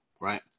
right